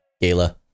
Gala